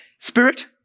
Spirit